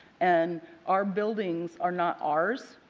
and our buildings are not ours.